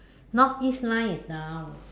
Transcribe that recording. North east line is down